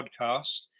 podcast